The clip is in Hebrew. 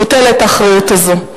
מוטלת האחריות הזאת.